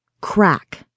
Crack